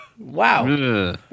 Wow